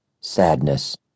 Sadness